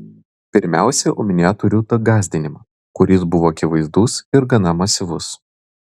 pirmiausiai omenyje turiu tą gąsdinimą kuris buvo akivaizdus ir gana masyvus